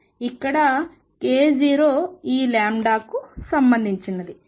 ఇక్కడ k0 ఈ లాంబ్డాకు సంబంధించినది